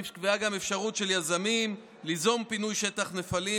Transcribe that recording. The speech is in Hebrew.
נקבעה אפשרות של יזמים ליזום פינוי שטח נפלים.